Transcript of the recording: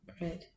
Right